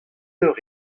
eur